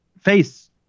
face